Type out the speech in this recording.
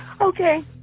okay